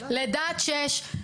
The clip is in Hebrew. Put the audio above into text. לידה עד שש,